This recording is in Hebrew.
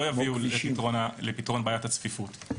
לא יביאו לפתרון בעיית הצפיפות.